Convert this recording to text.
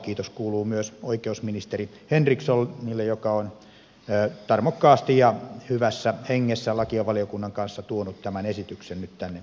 kiitos kuuluu myös oikeusministeri henrikssonille joka on tarmokkaasti ja hyvässä hengessä lakivaliokunnan kanssa tuonut tämän esityksen nyt tänne saliin